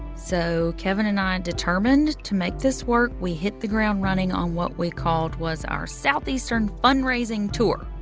so kevin and i determined to make this work. we hit the ground running on what we called was our southeastern fundraising tour